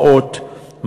מעות,